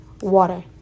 water